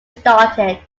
started